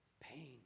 Pain